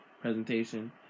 presentation